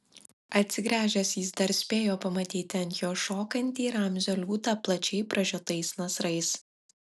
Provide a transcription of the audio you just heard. atsigręžęs jis dar spėjo pamatyti ant jo šokantį ramzio liūtą plačiai pražiotais nasrais